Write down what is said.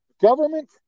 government